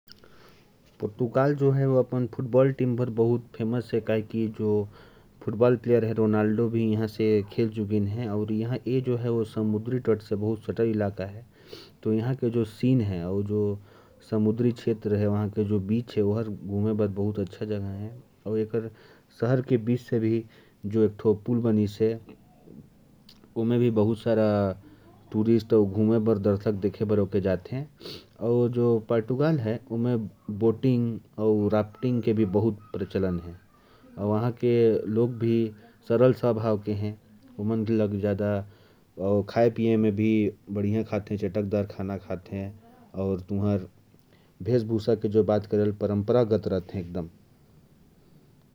पुर्तगाल अपने खेल, फुटबॉल, के लिए बहुत मशहूर है। रोनाल्डो भी पुर्तगाल के लिए मैच खेल चुके हैं। और समुद्री तट से सटा हुआ होने के कारण, वहां घूमने के लिए भी बहुत अच्छी जगहें हैं। शहर के बीच में एक पुल बना है, जिसे देखने के लिए बहुत सारे पर्यटक जाते रहते हैं। और पुर्तगाल के लोग पारंपरिक रहते हैं।